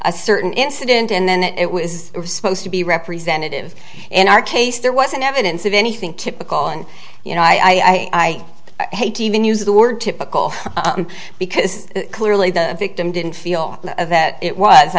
a certain incident and then it was supposed to be representative in our case there wasn't evidence of anything typical and you know i hate to even use the word typical because clearly the victim didn't feel that it was i